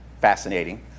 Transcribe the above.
Fascinating